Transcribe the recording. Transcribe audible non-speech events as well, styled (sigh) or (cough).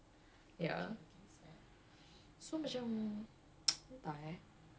there's the tag they real put one (laughs) canon typical violence